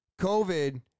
COVID